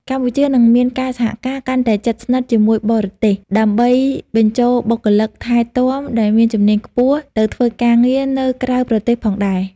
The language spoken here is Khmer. កម្ពុជានឹងមានការសហការកាន់តែជិតស្និទ្ធជាមួយបរទេស ដើម្បីបញ្ជូនបុគ្គលិកថែទាំដែលមានជំនាញខ្ពស់ទៅធ្វើការងារនៅក្រៅប្រទេសផងដែរ។